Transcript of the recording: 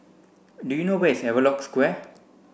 do you know where is Havelock Square